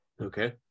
Okay